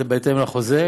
וזה בהתאם לחוזה,